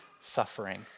suffering